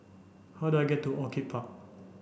how do I get to Orchid Park